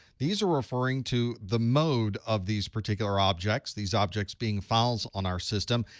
these are referring to the mode of these particular objects, these objects being files on our system,